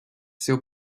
seu